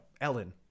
Ellen